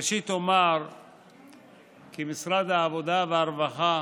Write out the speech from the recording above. ראשית אומר כי משרד העבודה והרווחה